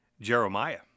Jeremiah